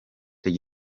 paul